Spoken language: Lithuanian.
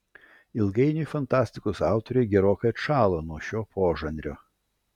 ilgainiui fantastikos autoriai gerokai atšalo nuo šio požanrio